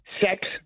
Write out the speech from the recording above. sex